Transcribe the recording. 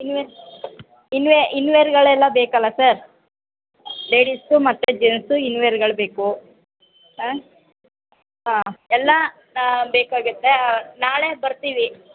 in where innerwear ಇನ್ ವೇರ್ಗಳೆಲ್ಲ ಬೇಕಲ್ಲ ಸರ್ ಲೇಡಿಸ್ದು ಮತ್ತು ಜೆಂಟ್ಸು ಇನ್ ವೇರ್ಗಳು ಬೇಕು ಹಾಂ ಹಾಂ ಎಲ್ಲ ಬೇಕಾಗುತ್ತೆ ನಾಳೆ ಬರ್ತೀವಿ